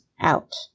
out